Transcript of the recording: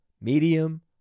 medium